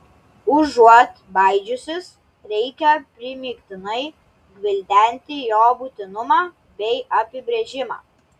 užuot baidžiusis reikia primygtinai gvildenti jo būtinumą bei apibrėžimą